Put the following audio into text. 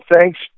thanks